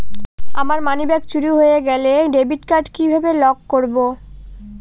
আমার মানিব্যাগ চুরি হয়ে গেলে ডেবিট কার্ড কিভাবে লক করব?